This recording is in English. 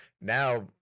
Now